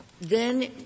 Then-